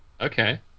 Okay